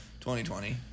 2020